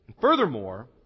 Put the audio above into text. furthermore